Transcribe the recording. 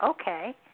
okay